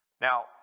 Now